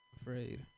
Afraid